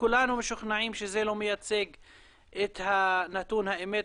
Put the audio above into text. כולנו משוכנעים שזה לא מייצג את נתון האמת.